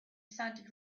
sounded